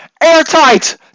Airtight